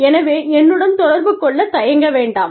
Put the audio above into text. எனவே என்னுடன் தொடர்பு கொள்ளத் தயங்க வேண்டாம்